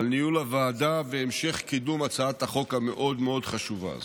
על ניהול הוועדה והמשך קידום הצעת החוק המאוד-מאוד חשובה הזו.